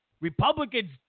Republicans